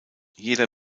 jeder